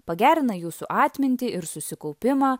pagerina jūsų atmintį ir susikaupimą